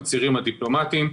הצירים הדיפלומטיים,